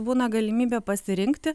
būna galimybė pasirinkti